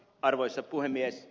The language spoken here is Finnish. arvoisa puhemies